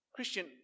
Christian